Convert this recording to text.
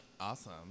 Awesome